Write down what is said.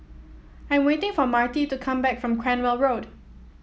I am waiting for Marti to come back from Cranwell Road